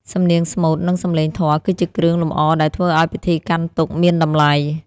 សំនៀងស្មូត និងសំឡេងធម៌គឺជាគ្រឿងលម្អដែលធ្វើឱ្យពិធីកាន់ទុក្ខមានតម្លៃ។